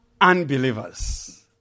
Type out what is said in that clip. unbelievers